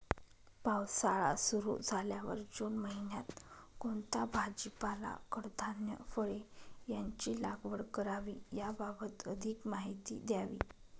पावसाळा सुरु झाल्यावर जून महिन्यात कोणता भाजीपाला, कडधान्य, फळे यांची लागवड करावी याबाबत अधिक माहिती द्यावी?